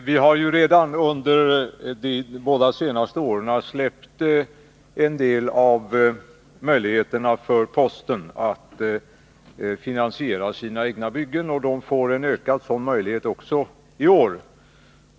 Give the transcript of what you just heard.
Herr talman! Vi har redan under de båda senaste åren öppnat en del möjligheter för posten att finansiera sina egna byggen, och man får en ökad sådan möjlighet också i år.